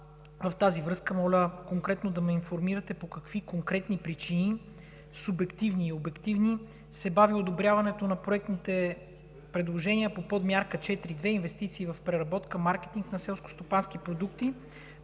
В тази връзка моля конкретно да ме информирате по какви конкретни причини – субективни и обективни, се бави одобряването на проектните предложения: по Подмярка 4.2 „Инвестиции в преработка, маркетинг на селскостопанските продукти“,